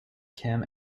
kim